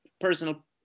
personal